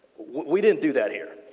we didn't do that here.